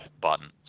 button